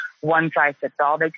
one-size-fits-all